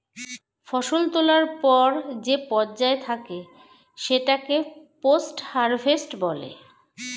ফসল তোলার পর যে পর্যায় থাকে সেটাকে পোস্ট হারভেস্ট বলে